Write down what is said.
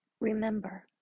Remember